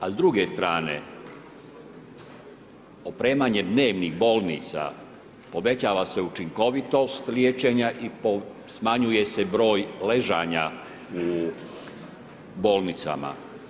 A s druge strane opremanje dnevnih bolnica, povećava se učinkovitost liječenja i smanjuje se broj ležanja u bolnicama.